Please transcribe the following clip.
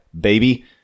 baby